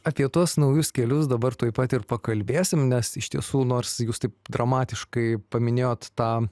apie tuos naujus kelius dabar tuoj pat ir pakalbėsim nes iš tiesų nors jūs taip dramatiškai paminėjot tą